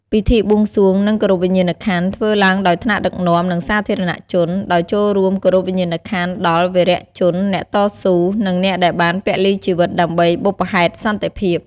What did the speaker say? ពិធីបួងសួង និងគោរពវិញ្ញាណក្ខន្ធ ធ្វើឡើងដោយថ្នាក់ដឹកនាំ និងសាធារណជន ដោយចូលរួមគោរពវិញ្ញាណក្ខន្ធដល់វីរជនអ្នកតស៊ូ និងអ្នកដែលបានពលីជីវិតដើម្បីបុព្វហេតុសន្តិភាព។